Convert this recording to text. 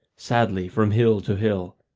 sadly, from hill to hill.